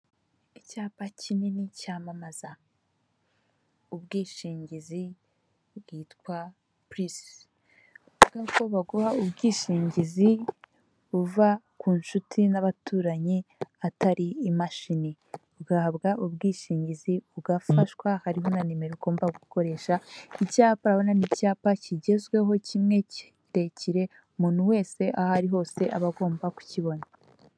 Icyapa kinini cyamamaza ubwishingizi bwitwa purisizi buvuga ko baguha ubwishingizi buva ku nshuti n'abaturanyi atari imashini, ugahabwa ubwishingizi ugafashwa harimo na nimerogomba gukoresha icyapa, urobona ni icyapa kigezweho kimwe kirekire umuntu wese aho ari hose aba agomba kukibona.